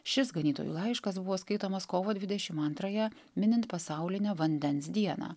šis ganytojų laiškas buvo skaitomas kovo dvidešimt antrąją minint pasaulinę vandens dieną